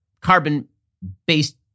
carbon-based